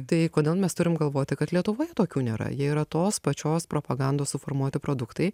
tai kodėl mes turim galvoti kad lietuvoje tokių nėra jie yra tos pačios propagandos suformuoti produktai